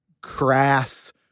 crass